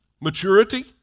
maturity